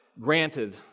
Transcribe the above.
granted